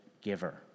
giver